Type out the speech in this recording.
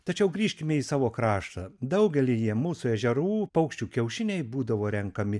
tačiau grįžkime į savo kraštą daugelyje mūsų ežerų paukščių kiaušiniai būdavo renkami